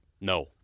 No